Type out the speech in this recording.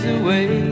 away